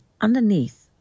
Underneath